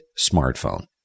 smartphone